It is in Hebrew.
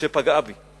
שפגעה בי.